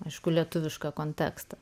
aišku lietuvišką kontekstą